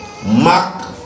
Mark